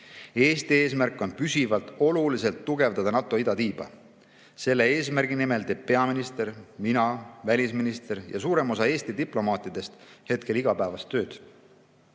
Eesti eesmärk on püsivalt oluliselt tugevdada NATO idatiiba. Selle eesmärgi nimel teeb peaminister, teen mina, teeb välisminister ja teeb suurem osa Eesti diplomaatidest iga päev tööd.